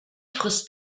frisst